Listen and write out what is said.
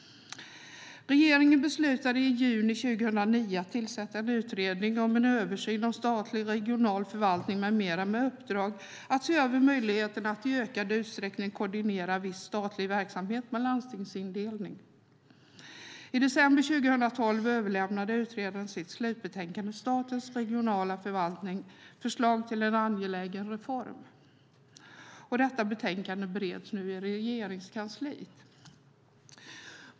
Regeringen beslutade i juni 2009 att tillsätta en utredning om en översyn av statlig regional förvaltning med mera med uppdrag att se över möjligheten att i ökad utsträckning koordinera viss statlig verksamhet med landstingsindelning. I december 2012 överlämnade utredaren sitt slutbetänkande Statens regionala förvaltning, förslag till en angelägen reform . Detta betänkande bereds nu i Regeringskansliet.